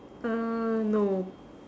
uh no